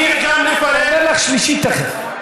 אני קורא אותך בשלישית תכף.